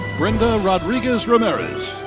brenda rodriguez ramirez.